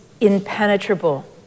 impenetrable